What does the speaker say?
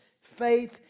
faith